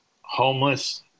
homeless